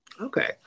okay